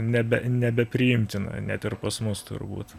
nebe nebepriimtina net ir pas mus turbūt